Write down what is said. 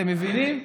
אתם מבינים?